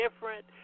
different